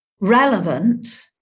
relevant